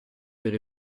per